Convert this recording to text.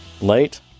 Late